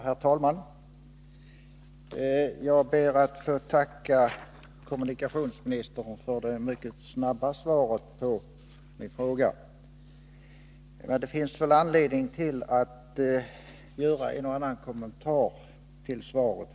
Herr talman! Jag ber att få tacka kommunikationsministern för det mycket snabba svaret på min fråga. Det finns anledning att göra en och annan kommentar till svaret.